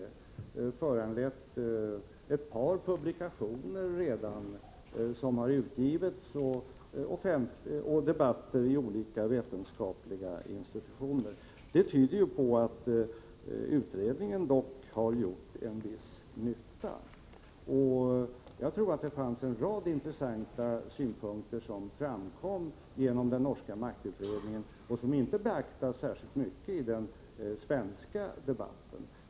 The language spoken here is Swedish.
Den har föranlett att ett par publikationer har utgivits och att debatter förts i olika vetenskapliga institutioner. Det tyder på att utredningen dock har gjort en viss nytta. En rad intressanta synpunkter framkom genom den norska maktutredningen som inte har beaktats särskilt mycket i den svenska debatten.